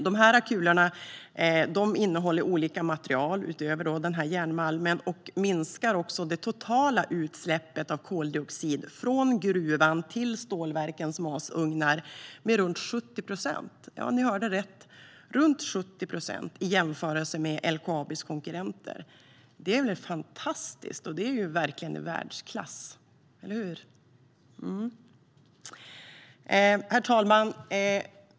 De här kulorna innehåller olika material utöver järnmalmen och minskar det totala utsläppet av koldioxid från gruvan till stålverkens masugnar med runt 70 procent jämfört med LKAB:s konkurrenter. Ni hörde rätt - det är väl fantastiskt och verkligen i världsklass, eller hur? Herr talman!